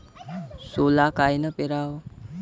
सोला कायनं पेराव?